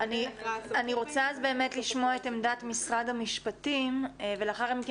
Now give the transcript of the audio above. אני רוצה אז באמת לשמוע את עמדת משרד המשפטים ולאחר מכן